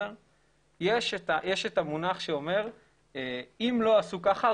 יש את המונח שאומר שאם לא עשו ככה,